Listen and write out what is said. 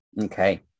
Okay